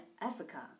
Africa